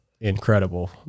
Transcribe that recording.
incredible